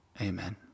Amen